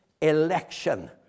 Election